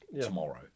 tomorrow